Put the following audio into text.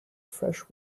fresh